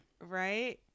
Right